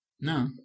No